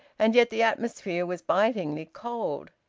and yet the atmosphere was bitingly cold.